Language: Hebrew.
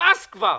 נמאס כבר.